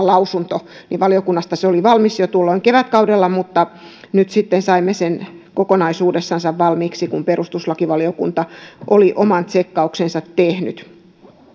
lausunto niin valiokunnasta se oli valmis jo tuolloin kevätkaudella mutta nyt sitten saimme sen kokonaisuudessaan valmiiksi kun perustuslakivaliokunta oli oman tsekkauksensa tehnyt